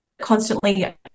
constantly